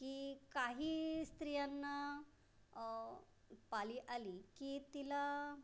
की काही स्त्रियांना पाळी आली की तिला